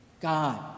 God